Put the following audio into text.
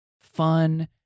fun